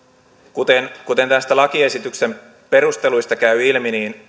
kuten kuten näistä lakiesityksen perusteluista käy ilmi